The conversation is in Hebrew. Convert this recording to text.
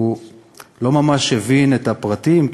הוא לא ממש הבין את הפרטים,